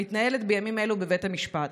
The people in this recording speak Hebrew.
והיא מתנהלת בימים אלו בבית המשפט.